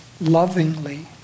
lovingly